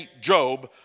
Job